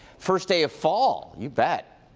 first day of fall, you bet.